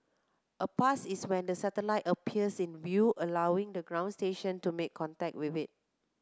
a pass is when the satellite appears in view allowing the ground station to make contact with it